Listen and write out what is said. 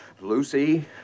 Lucy